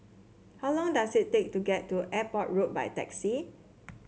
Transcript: how long does it take to get to Airport Road by taxi